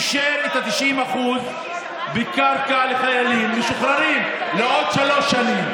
הוא אישר את ה-90% בקרקע לחיילים משוחררים לעוד שלוש שנים,